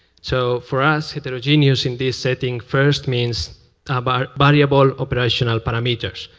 so for us, heterogenous in this setting first means about variable operational parameters.